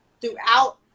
throughout